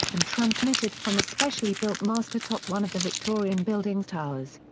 and transmitted from a specially built mast atop one of the victorian building's towers.